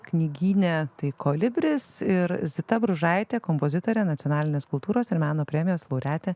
knygyne tai kolibris ir zita bružaitė kompozitorė nacionalinės kultūros ir meno premijos laureatė